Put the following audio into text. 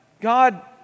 God